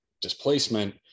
displacement